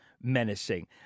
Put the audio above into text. menacing